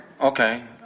Okay